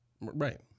right